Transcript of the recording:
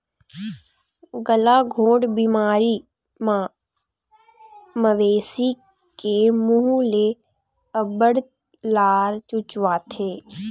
गलाघोंट बेमारी म मवेशी के मूह ले अब्बड़ लार चुचवाथे